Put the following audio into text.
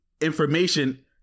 information